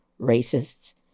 racists